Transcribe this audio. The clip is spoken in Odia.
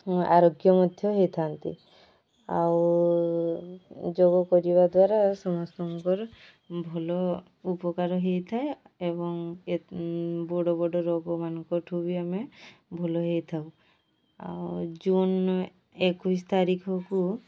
ଆରୋଗ୍ୟ ମଧ୍ୟ ହୋଇଥାନ୍ତି ଆଉ ଯୋଗ କରିବା ଦ୍ୱାରା ସମସ୍ତଙ୍କର ଭଲ ଉପକାର ହୋଇଥାଏ ଏବଂ ବଡ଼ ବଡ଼ ରୋଗମାନଙ୍କଠୁ ବି ଆମେ ଭଲ ହୋଇଥାଉ ଆଉ ଜୁନ୍ ଏକୋଇଶ ତାରିଖକୁ